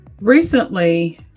Recently